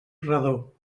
redó